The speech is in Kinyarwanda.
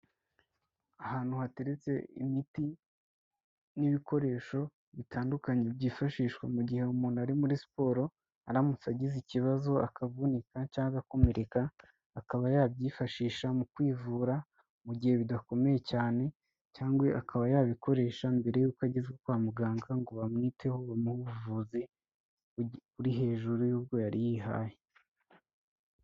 Ahantu hateretse imiti n'ibikoresho bitandukanye byifashishwa mu gihe umuntu ari muri siporo, aramutse agize ikibazo akavunika cyangwa agakomereka, akaba yabyifashisha mu kwivura mu gihe bidakomeye cyane cyangwa akaba yabikoresha mbere y'uko agezwa kwa muganga ngo bamwiteho, bamuhe ubuvuzi buri hejuru y'ubwo yari yihaye.